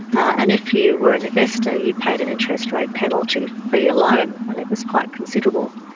and if you were an investor you paid an interest rate penalty for your loan and it was quite considerable.